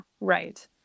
right